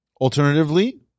Alternatively